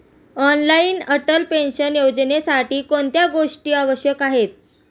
Online Atal pension योजनेसाठी कोणत्या गोष्टी आवश्यक आहेत?